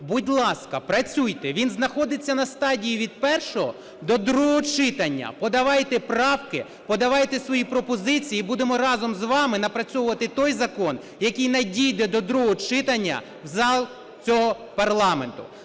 Будь ласка, працюйте, він знаходиться на стадії від першого до другого читання. Подавайте правки, подавайте свої пропозиції, і будемо разом з вами напрацьовувати той закон, який надійде до другого читання в зал цього парламенту.